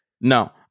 No